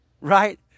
right